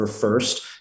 first